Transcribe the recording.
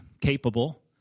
capable